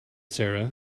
sarah